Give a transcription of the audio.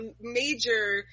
major